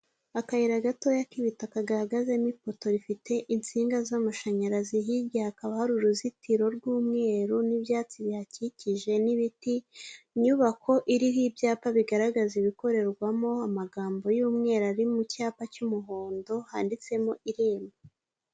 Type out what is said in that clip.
Akayira gatoya k'ibitaka gahagazemo ipoto rifite insinga z'amashanyarazi hirya hakaba hari uruzitiro rw'umweru n'ibyatsi bihakikije n'ibiti, inyubako iriho ibyapa bigaragaza ibikorerwamo amagambo y'umweru ari mu cyapa cy'umuhondo handitsemo irembo.